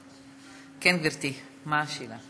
כן, גברתי, מה השאלה?